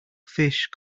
fish